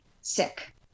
sick